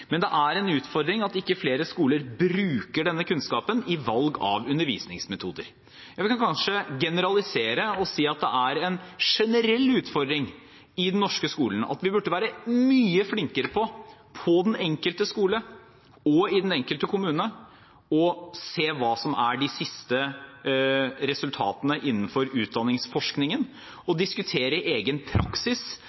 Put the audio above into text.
Men det er en utfordring at ikke flere skoler bruker denne kunnskapen i valg av undervisningsmetoder. Vi kan kanskje generalisere og si at det er en generell utfordring i den norske skolen at vi burde være mye flinkere på den enkelte skole og i den enkelte kommune til å se hva som er de siste resultatene innen utdanningsforskningen, til å diskutere egen praksis